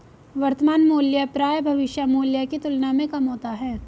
वर्तमान मूल्य प्रायः भविष्य मूल्य की तुलना में कम होता है